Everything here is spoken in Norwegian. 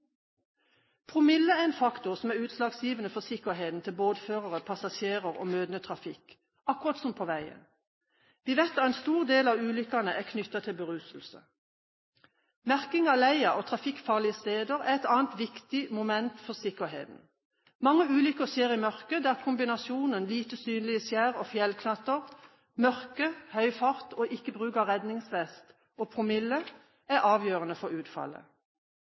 Promille er en faktor som er utslagsgivende for sikkerheten til båtførere, passasjerer og møtende trafikk, akkurat som på veien. Vi vet at en stor del av ulykkene er knyttet til beruselse. Merking av leia og trafikkfarlige steder er et annet viktig moment for sikkerheten. Mange ulykker skjer i mørke, og kombinasjonen lite synlige skjær og fjellknatter, mørke, høy fart, ikke bruk av redningsvest og promille er avgjørende for utfallet.